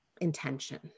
intention